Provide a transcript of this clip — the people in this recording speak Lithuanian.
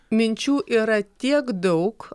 minčių yra tiek daug